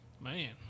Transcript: Man